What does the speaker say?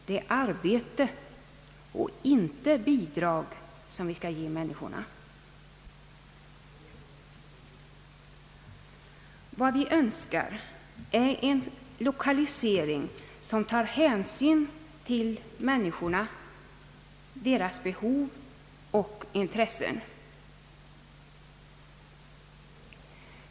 Det är arbete och inte bidrag som vi skall ge människorna. Vad vi önskar är en lokalisering som tar hänsyn till människorna — deras behov och intressen.